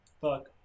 Fuck